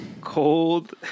Cold